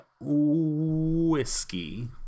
Whiskey